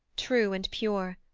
true and pure.